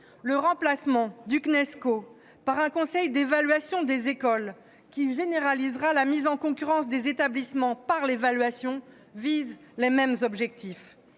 Le remplacement du Cnesco par un conseil d'évaluation de l'école, qui généralisera la mise en concurrence des établissements, par l'évaluation, vise les mêmes objectifs.